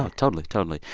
ah totally. totally.